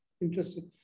Interesting